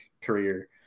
career